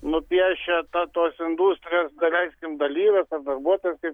nupiešia tą tos industrijos daleiskim dalyvio tą darbotvarkę